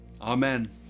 Amen